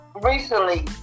recently